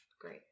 Great